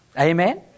Amen